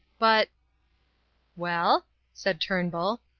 but well? said turnbull.